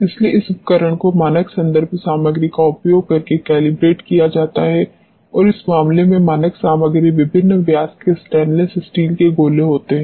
इसलिए इस उपकरण को मानक संदर्भ सामग्री का उपयोग करके कैलिब्रेट किया जाता है और इस मामले में मानक सामग्री विभिन्न व्यास के स्टेनलेस स्टील के गोले होते है